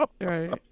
Right